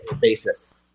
basis